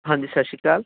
ਹਾਂਜੀ ਸਤਿ ਸ਼੍ਰੀ ਅਕਾਲ